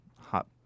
hot